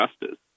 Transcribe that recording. justice